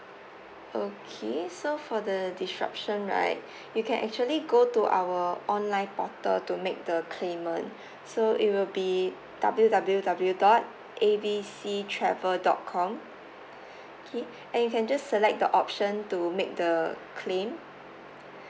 okay so for the disruption right you can actually go to our online portal to make the claimant so it will be W W W dot A B C travel dot com okay and you can just select the option to make the claim